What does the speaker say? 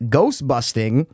Ghostbusting